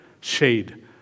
shade